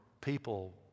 people